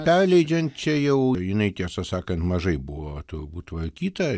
perleidžiant čia jau jinai tiesą sakant mažai buvo turbūt tvarkyta